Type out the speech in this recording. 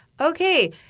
okay